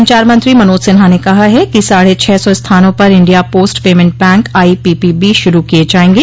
संचार मंत्री मनोज सिन्हा ने कहा है कि साढे छह सौ स्थानों पर India post payment bank IPPB शुरू किए जायेंगे